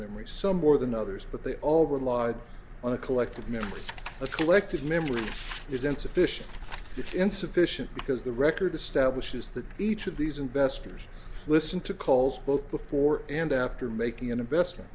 memory some more than others but they all relied on a collective memory a collective memory is insufficient insufficient because the record establishes that each of these investors listen to calls both before and after making an investment